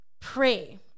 pray